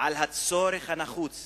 את הצורך הנחוץ